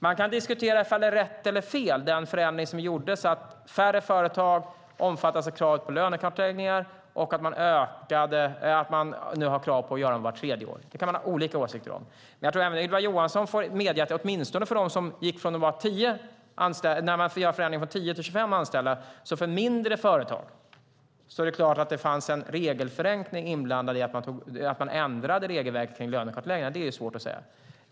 Man kan diskutera om den förändring som gjordes är rätt eller fel. Färre företag omfattas av kravet på lönekartläggningar varje år och har nu krav på att göra dem vart tredje år. Det kan man ha olika åsikter om. Jag tror att även Ylva Johansson får medge att det åtminstone för de företag som gör förändringen att gå från 10 till 25 anställda, alltså mindre företag, står klart att det fanns en regelförenkling inblandad i att man ändrade regelverket kring lönekartläggningarna. Det är svårt att säga något annat.